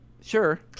Sure